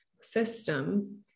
system